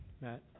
Matt